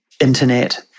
internet